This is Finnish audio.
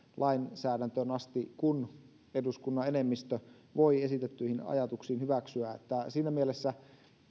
lainsäädäntöön asti kun eduskunnan enemmistö voi esitetyt ajatukset hyväksyä niin että siinä mielessä